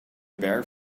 bare